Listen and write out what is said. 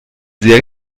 sehr